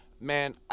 Man